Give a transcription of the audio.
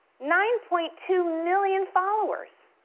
nine point two million followers,